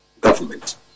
government